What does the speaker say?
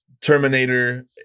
terminator